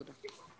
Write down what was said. תודה.